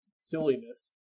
silliness